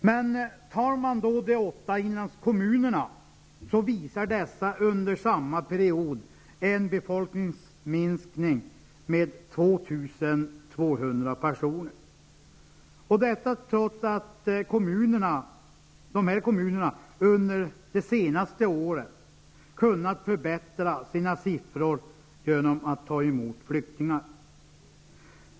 Men de åtta inlandskommunerna har under samma period haft en befolkningsminskning med 2 200 personer, trots att kommunerna under de senaste åren kunnat förbättra sina siffror genom att ta emot flyktingar.